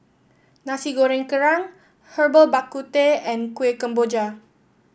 Nasi Goreng Kerang Herbal Bak Ku Teh and Kuih Kemboja